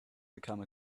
become